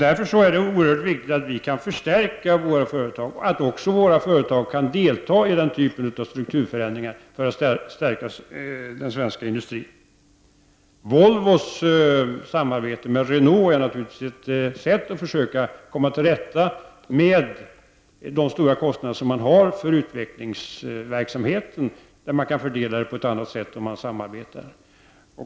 Därför är det oerhört viktigt att vi kan förstärka våra företag, att våra företag kan delta i den typen av strukturförändringar för att stärka den svenska industrin. Volvos samarbete med Renault är naturligtvis ett sätt att försöka komma till rätta med de stora kostnader man har för utvecklingsverksamheten. Man kan fördela kostnaderna på ett annat sätt om man samarbetar.